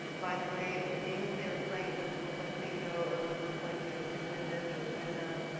by the way the games they are playing, which look like bingo or which look like you know you can win this or win that,